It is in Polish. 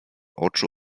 oczu